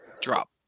drop